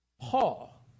Paul